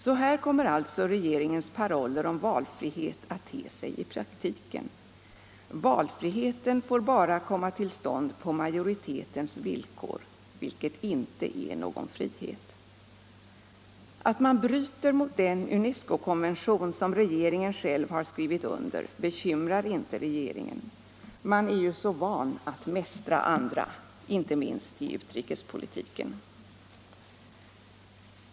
Så här kommer alltså regeringens paroller om valfrihet att te sig i praktiken. Valfriheten får bara komma till stånd på majoritetens villkor, vilket inte är någon frihet. Att man bryter mot den UNESCO-konvention som regeringen själv har skrivit under bekymrar inte regeringen — man är ju så van att mästra andra, inte minst i utrikespolitiken.